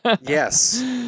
yes